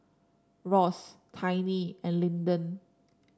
Ross Tiny and Linden